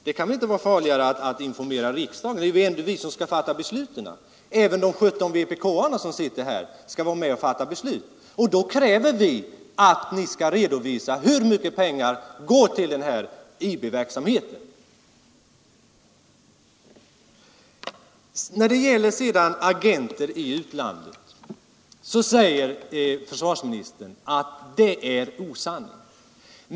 Det kan väl inte vara farligt att informera riksdagen; det är ändå vi som skall fatta besluten — även de 17 vpk:arna som sitter här — och då kräver vi att ni skall redovisa hur mycket pengar som går till IB-verksamheten. När det gäller påståendet om agenter i utlandet säger försvarsministern att det är osanning.